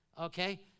okay